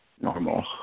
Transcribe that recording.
normal